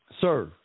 sir